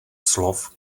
slov